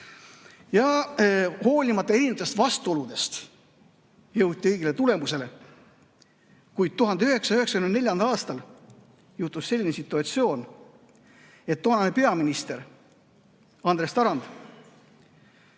Hoolimata vastuoludest jõuti õige tulemuseni. Kuid 1994. aastal tekkis selline situatsioon, et toonane peaminister Andres Tarand